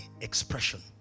expression